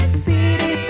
city